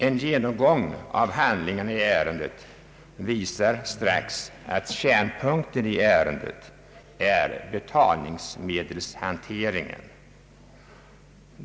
En genomgång av handlingarna visar strax att kärnpunkten i ärendet är betalningsmedelshanteringen.